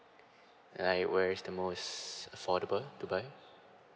err where is the most affordable to buy